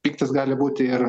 pyktis gali būti ir